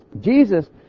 Jesus